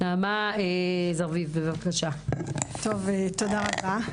נעמה זרביב, בבקשה תודה רבה.